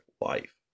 life